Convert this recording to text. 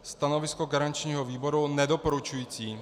Stanovisko garančního výboru je nedoporučující.